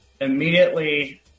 immediately